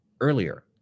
earlier